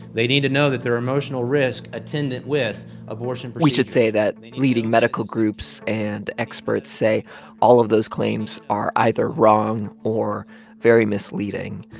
they need to know that there are emotional risks attendant with abortion procedures. but we should say that leading medical groups and experts say all of those claims are either wrong or very misleading.